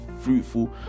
fruitful